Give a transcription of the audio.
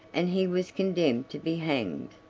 and he was condemned to be hanged.